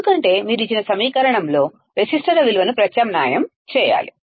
ఎందుకంటే మీరు ఇచ్చిన సమీకరణంలో రెసిస్టర్ల విలువను ప్రత్యామ్నాయం చేయాలి